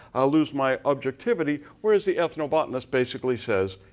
i'll lose my objectivity, whereas the ethnobotanist basically says,